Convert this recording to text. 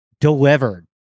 delivered